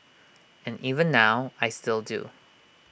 and even now I still do